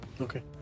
okay